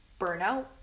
burnout